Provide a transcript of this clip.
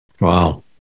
wow